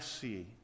see